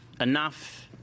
Enough